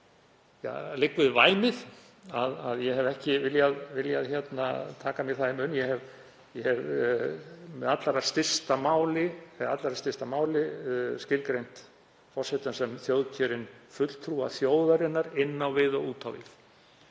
mér við að segja, að ég hef ekki viljað taka mér það í munn. Ég hef í sem allra stystu máli skilgreint forsetann sem þjóðkjörinn fulltrúa þjóðarinnar inn á við og út á við.